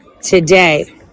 today